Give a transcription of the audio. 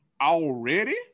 already